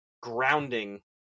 grounding